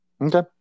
Okay